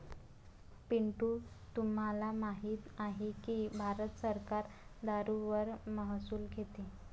पिंटू तुम्हाला माहित आहे की भारत सरकार दारूवर महसूल घेते